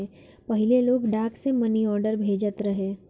पहिले लोग डाक से मनीआर्डर भेजत रहे